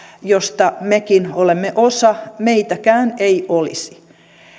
jota mekin olemme osa meitäkään ei olisi